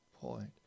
point